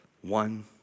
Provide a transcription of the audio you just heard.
one